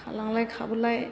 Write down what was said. खारलांलाय खारबोलाय